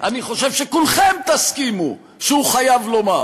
אני חושב שכולכם תסכימו שהוא חייב לומר.